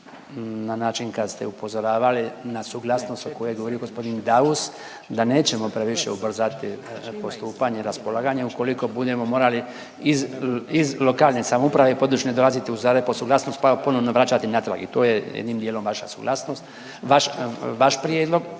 na način kad ste upozoravali na suglasnost o kojoj je govorio g. Daus da nećemo previše ubrzati postupanje i raspolaganje ukoliko budemo morali iz lokalne samouprave i područne dolaziti … suglasnost pa ponovno vraćati natrag i to je jednim dijelom vaša suglasnost, vaš prijedlog,